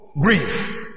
grief